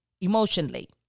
emotionally